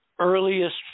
earliest